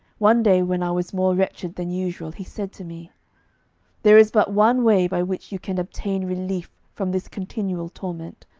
one day when i was more wretched than usual, he said to me there is but one way by which you can obtain relief from this continual torment,